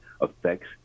affects